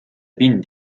pind